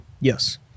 Yes